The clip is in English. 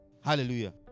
Hallelujah